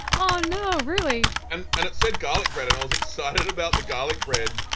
oh no, really! and and it said garlic bread and i was excited about the garlic bread,